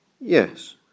Yes